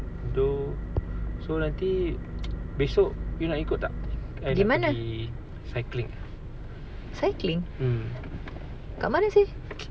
so nanti esok you nak ikut tak I nak pergi cycling mm